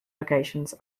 locations